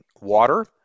water